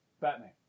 Batman